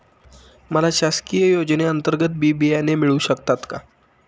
मला शासकीय योजने अंतर्गत बी बियाणे मिळू शकतात का?